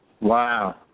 Wow